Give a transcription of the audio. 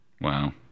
Wow